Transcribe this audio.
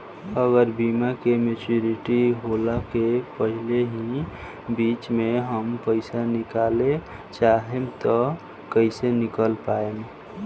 अगर बीमा के मेचूरिटि होला के पहिले ही बीच मे हम पईसा निकाले चाहेम त कइसे निकाल पायेम?